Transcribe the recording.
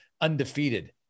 undefeated